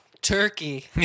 turkey